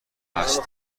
هست